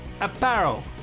apparel